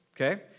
Okay